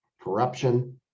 corruption